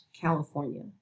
California